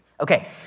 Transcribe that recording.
Okay